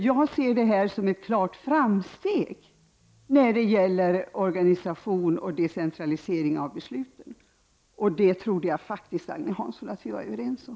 Jag ser detta som ett klart framsteg när det gäller organisation och decentralisering av besluten. Jag trodde faktiskt att vi var överens om detta, Agne Hansson.